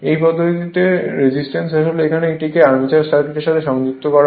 এই পদ্ধতিতে রেজিস্ট্যান্স আসলে এখানে এটিকে আরমেচার সার্কিটের সাথে সিরিজে যুক্ত করা হয়